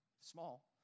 Small